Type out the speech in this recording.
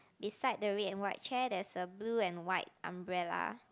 beside the red and white chair there is a blue and white umbrella